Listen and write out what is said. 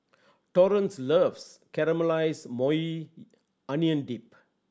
Torrence loves Caramelized Maui Onion Dip